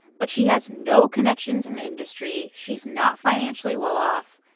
but she has no connections in the industry. she's not financially well off.